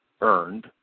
earned